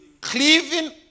cleaving